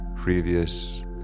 Previous